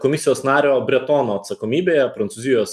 komisijos nario bretono atsakomybėje prancūzijos